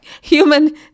human